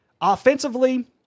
Offensively